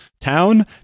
town